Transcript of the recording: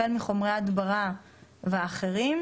החל מחומרי הדברה ואחרים,